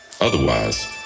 Otherwise